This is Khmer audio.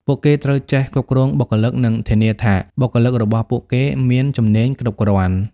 ពួកគេត្រូវចេះគ្រប់គ្រងបុគ្គលិកនិងធានាថាបុគ្គលិករបស់ពួកគេមានជំនាញគ្រប់គ្រាន់។